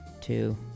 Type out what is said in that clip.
two